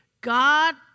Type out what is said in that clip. God